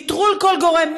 נטרול כל גורם,